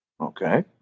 Okay